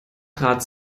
trat